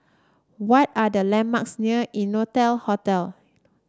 what are the landmarks near Innotel Hotel